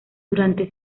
durante